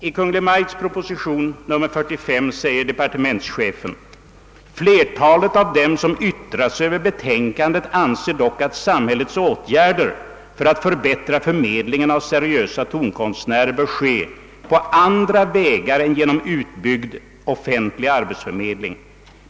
I Kungl. Maj:ts proposition nr 45 skriver departementschefen: »Flertalet av dem som yttrat sig över betänkandet anser dock att samhällets åtgärder för att förbättra förmedlingen av seriösa tonkonstnärer bör ske på andra vägar än genom utbyggd offentlig arbetsförmedling.